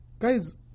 Guys